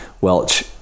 Welch